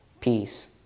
peace